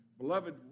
Beloved